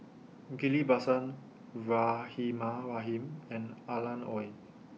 Ghillie BaSan Rahimah Rahim and Alan Oei